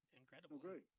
incredible